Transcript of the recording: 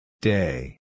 Day